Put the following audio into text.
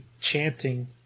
chanting